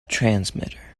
transmitter